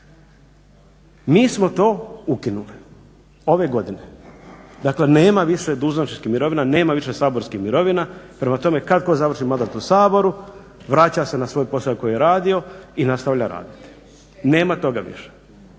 Mi smo to ukinuli ove godine, dakle nema više dužnosničkih mirovina, nema više saborskih mirovina prema tome kad tko završi mandat u Saboru vraća se na svoj posao koji je radio i nastavlja raditi, nema toga više,